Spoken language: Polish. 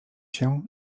się